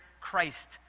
Christ